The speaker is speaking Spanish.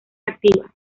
activa